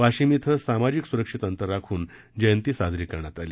वाशिम इथं सामाजिक सुरक्षित अंतर राखून जयंती साजरी करण्यात आली